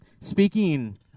speaking